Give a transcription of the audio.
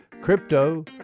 Crypto